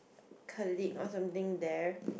colleague or something there